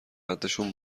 قدشون